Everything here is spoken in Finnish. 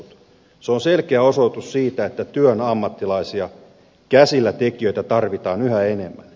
se on selkeä osoitus siitä että työn ammattilaisia käsillätekijöitä tarvitaan yhä enemmän